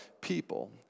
people